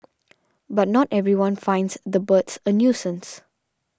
but not everyone finds the birds a nuisance